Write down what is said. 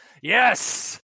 yes